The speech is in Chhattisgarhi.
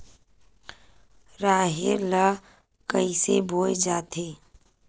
राहेर ल कइसे बोय जाथे?